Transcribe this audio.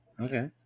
Okay